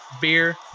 beer